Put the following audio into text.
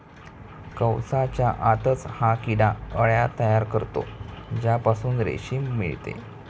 कवचाच्या आतच हा किडा अळ्या तयार करतो ज्यापासून रेशीम मिळते